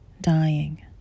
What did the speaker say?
dying